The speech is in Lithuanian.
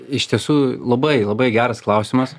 iš tiesų labai labai geras klausimas